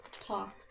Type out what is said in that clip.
talk